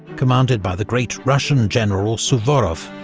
commanded by the great russian general, suvorov.